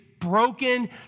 broken